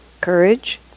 courage